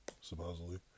supposedly